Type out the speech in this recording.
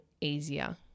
easier